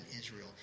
Israel